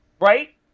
Right